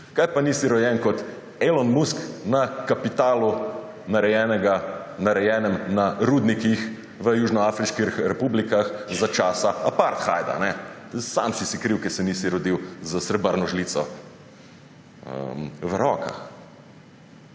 kaj pa nisi rojen kot Elon Musk na kapitalu, narejenem na rudnikih v južnoafriških republikah za časa apartheida? Sam si si kriv, ker se nisi rodil s srebrno žlico v ustih.